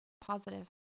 Positive